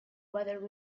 whether